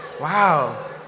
Wow